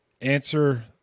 answer